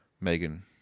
Megan